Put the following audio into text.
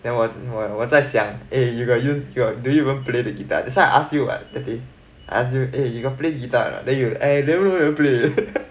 then 我我在想 eh you got use your do you play the guitar that's why I ask you that day I ask you eh you got play guitar or not then you eh no never even play